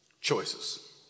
Choices